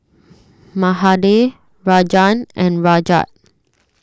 Mahade Rajan and Rajat